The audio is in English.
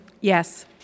Yes